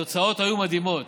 התוצאות היו מדהימות.